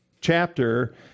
chapter